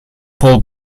paul